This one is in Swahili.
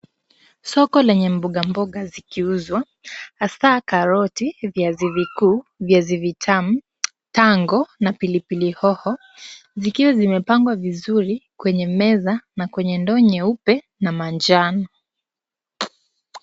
Soko lenye mboga mboga zikiuzwa hasa karoti, viazi vikuu, viazi vitamu, tango na pilipili hoho zikiwa zimepangwa vizuri kwenye meza na kwenye ndoo nyeupe na manjano.